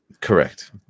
correct